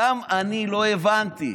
גם אני לא הבנתי.